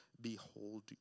behold